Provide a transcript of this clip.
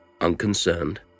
unconcerned